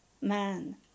man